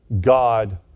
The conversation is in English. God